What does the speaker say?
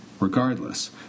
Regardless